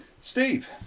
Steve